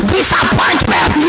Disappointment